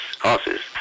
horses